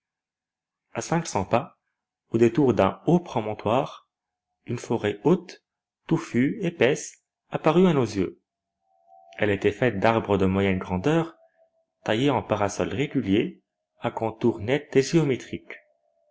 a cinq cents pas au détour d'un haut promontoire une forêt haute touffue épaisse apparut à nos yeux elle était faite d'arbres de moyenne grandeur taillés en parasols réguliers à contours